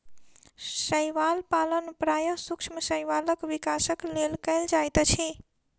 शैवाल पालन प्रायः सूक्ष्म शैवालक विकासक लेल कयल जाइत अछि